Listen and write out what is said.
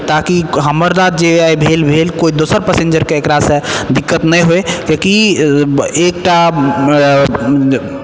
ताकि हमर साथ आइ जे भेल भेल कोई दोसर पैसेन्जरके एकरासँ दिक्कत नहि होइ कियाकि एकटा